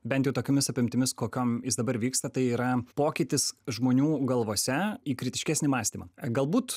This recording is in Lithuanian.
bent tokiomis apimtimis kokiom jis dabar vyksta tai yra pokytis žmonių galvose į kritiškesnį mąstymą galbūt